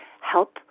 help